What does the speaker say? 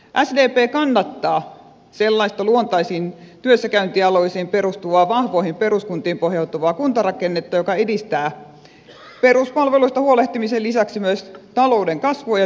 sdp kannattaa sellaista luontaisiin työssäkäyntialueisiin perustuvaa vahvoihin peruskuntiin pohjautuvaa kuntarakennetta joka edistää peruspalveluista huolehtimisen lisäksi myös talouden kasvua ja työllisyyttä